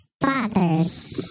father's